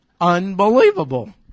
Unbelievable